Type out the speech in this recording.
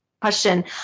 question